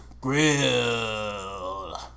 Grill